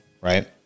Right